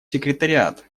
секретариат